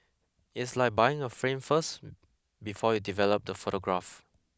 it's like buying a frame first before you develop the photograph